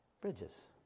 bridges